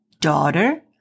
daughter